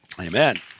Amen